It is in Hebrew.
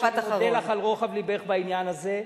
אני מודה לך על רוחב לבך בעניין הזה,